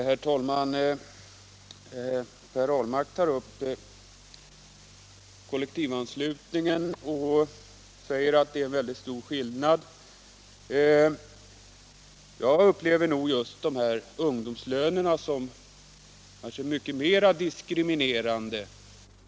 Herr talman! Per Ahlmark säger att kollektivanslutningen är en annan sak. Jag upplever ungdomslönerna som mycket mer diskriminerande än kollektivanslutningen.